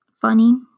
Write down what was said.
funny